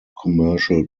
commercial